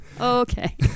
okay